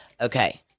Okay